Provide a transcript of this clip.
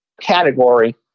category